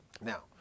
Now